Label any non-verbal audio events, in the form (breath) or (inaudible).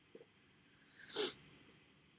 (breath)